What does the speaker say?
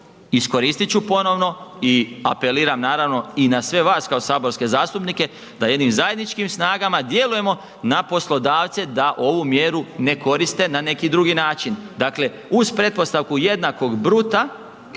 iskoristiti ću ponovno i apeliram naravno i na sve vas kao saborske zastupnike, da jednim zajedničkim snagama djelujemo na poslodavce da ovu mjeru ne koriste ne koriste na neki drugi način. Dakle, uz pretpostavku jednakog bruta,